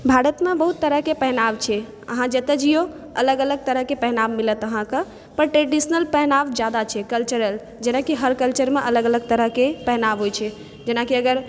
भारतमे बहुत तरहके पहिनाव छै अहाँ जतऽ जइयौ अलग अलग तरहके पहिनाव मिलत अहाँके पर ट्रेडिशनल पहिनाव जादा छै कल्चरल जेना कि हर कल्चरमे अलग अलग तरहके पहिनाव होइ छै जेना कि अगर